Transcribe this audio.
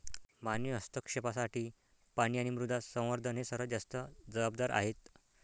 मानवी हस्तक्षेपासाठी पाणी आणि मृदा संवर्धन हे सर्वात जास्त जबाबदार आहेत